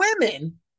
women